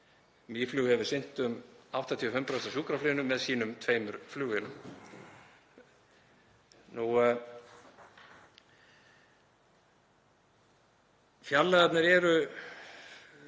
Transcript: Mýflug hefur sinnt um 85% af sjúkrafluginu með sínum tveimur flugvélum. Fjarlægðirnar eru